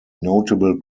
notable